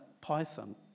python